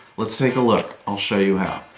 let's take a look, i'll show you how!